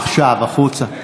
עכשיו, החוצה.